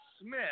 Smith